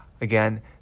again